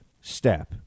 step